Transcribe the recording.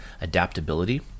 adaptability